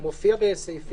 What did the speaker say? זה מאוד רחב.